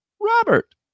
robert